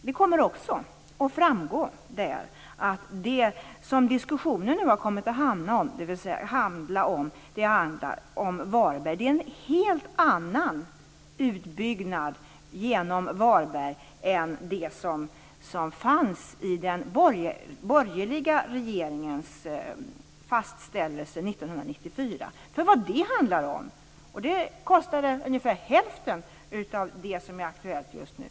Det kommer också att framgå att det som diskussionen nu har kommit att handla om, dvs. utbyggnaden genom Varberg, är en helt annan utbyggnad än det som fanns i den borgerliga regeringens fastställelse från 1994. Den kostade ungefär hälften av vad som är aktuellt just nu.